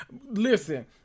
Listen